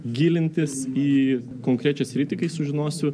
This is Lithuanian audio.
gilintis į konkrečią sritį kai sužinosiu